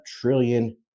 trillion